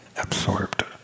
absorbed